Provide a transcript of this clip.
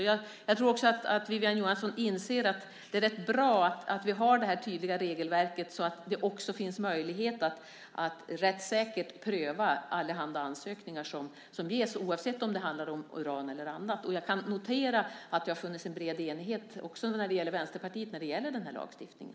Jag tror också att Wiwi-Anne Johansson inser att det är rätt bra att vi har det här tydliga regelverket så att det också finns möjlighet att rättssäkert pröva allehanda ansökningar som kommer in oavsett om det handlar om uran eller annat. Jag kan notera att det har funnits en bred enighet också från Vänsterpartiet när det gäller den här lagstiftningen.